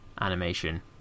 animation